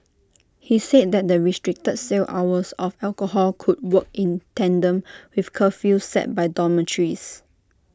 he said that the restricted sale hours of alcohol could work in tandem with curfews set by dormitories